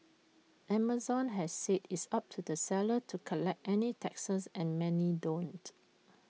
Amazon has said it's up to the sellers to collect any taxes and many don't